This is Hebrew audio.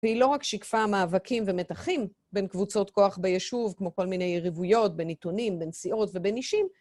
והיא לא רק שיקפה מאבקים ומתחים בין קבוצות כוח בישוב, כמו כל מיני יריבויות, בין עיתונים, בין סיעות ובין אישים,